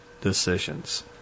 decisions